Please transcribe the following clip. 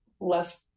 left